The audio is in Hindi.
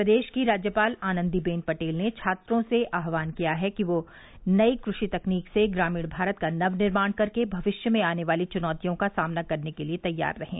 प्रदेश की राज्यपाल आनन्दीबेन पटेल ने छात्रों से आहवान किया है कि वे नई कृषि तकनीक से ग्रामीण भारत का नव निर्माण कर के भविष्य में आने वाली चुनौतियों का सामना करने के लिये तैयार रहें